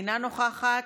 אינה נוכחת,